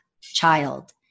child